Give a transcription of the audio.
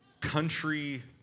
country